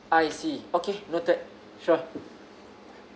I see okay noted sure